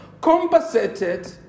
compensated